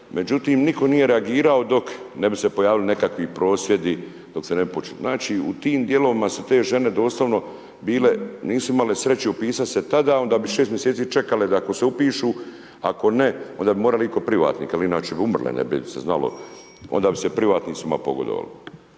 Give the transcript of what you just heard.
Međutim nitko nije reagirao dok ne bi se pojavili nekakvi prosvjedi. Znači u tim dijelovima su te žene doslovno bile, nisu imale sreće upisati se tada, onda bi 6 mjeseci čekale da ako se upišu, ako ne onda bi morale ići kod privatnika, jer inače bi umrle, ne bi se znalo. Onda bi se privatnicima pogodovalo.